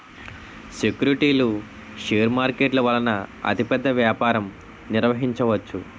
సెక్యూరిటీలు షేర్ మార్కెట్ల వలన అతిపెద్ద వ్యాపారం నిర్వహించవచ్చు